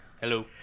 hello